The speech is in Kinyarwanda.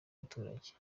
abaturage